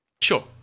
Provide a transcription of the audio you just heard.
Sure